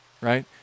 right